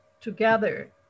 together